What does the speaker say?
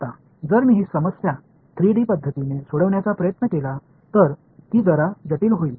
आता जर मी ही समस्या 3 डी पध्दतीने सोडवण्याचा प्रयत्न केला तर ती जरा जटिल होईल